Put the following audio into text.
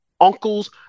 uncles